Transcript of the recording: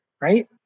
right